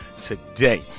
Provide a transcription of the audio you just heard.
today